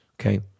Okay